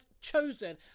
chosen